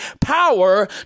power